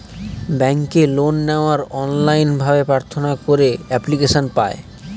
ব্যাঙ্কে লোন নেওয়ার অনলাইন ভাবে প্রার্থনা করে এপ্লিকেশন পায়